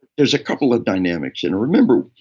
there's a couple of dynamics and remember,